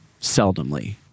seldomly